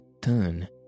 turn